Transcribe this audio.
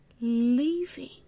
leaving